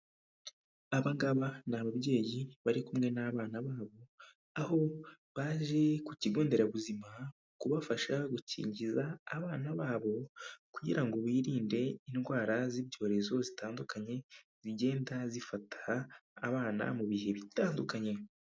Aba ngaba ni ababyeyi bari kumwe n'abana babo, aho baje ku kigo nderabuzima kubafasha gukingiza abana babo kugira ngo birinde indwara z'ibyorezo zitandukanye zigenda zifata abana mu bihe bitandukanye.